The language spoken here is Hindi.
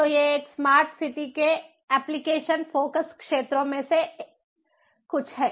तो ये एक स्मार्ट सिटी के एप्लिकेशन फोकस क्षेत्रों में से कुछ हैं